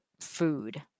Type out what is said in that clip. food